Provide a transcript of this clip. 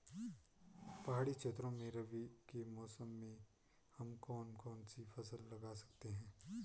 पहाड़ी क्षेत्रों में रबी के मौसम में हम कौन कौन सी फसल लगा सकते हैं?